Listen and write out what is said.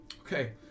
Okay